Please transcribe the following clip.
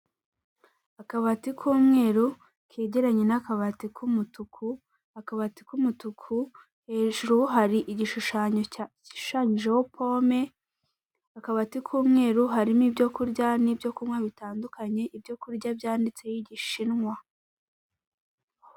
Akabati k'umweru kegeranye n'akabati k'umutuku, akabati k'umutuku hejuru hari igishushanyo gishushanyijeho pome, akabati k'umweru harimo ibyo kurya n'ibyo kunywa bitandukanye, ibyo kurya byanditseho igishinwa.